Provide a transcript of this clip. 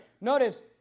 Notice